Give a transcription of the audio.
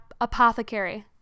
apothecary